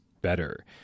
better